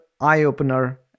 eye-opener